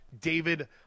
David